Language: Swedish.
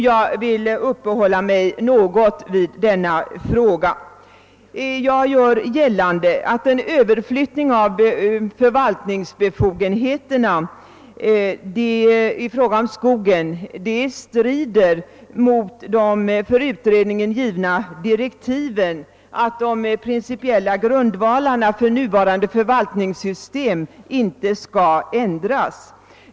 Jag vill uppehålla mig något vid denna fråga. Jag gör gällande att en överflyttning av förvaltningsbefogenheterna i fråga om skogen strider mot de för utredningen givna direktiven att de principiella grundvalarna för nuvarande förvaltningssystem inte skall ändras.